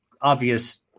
obvious